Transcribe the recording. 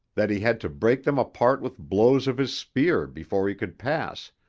that he had to break them apart with blows of his spear before he could pass,